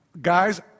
guys